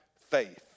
faith